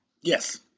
Yes